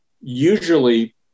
usually